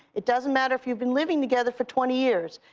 it doesn't matter if you've been living together for twenty years.